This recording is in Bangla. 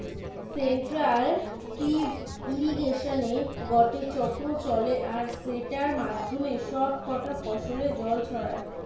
সেন্ট্রাল পিভট ইর্রিগেশনে গটে চক্র চলে আর সেটার মাধ্যমে সব কটা ফসলে জল ছড়ায়